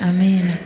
Amen